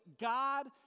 God